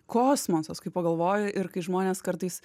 kosmosas kai pagalvoji ir kai žmonės kartais